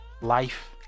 life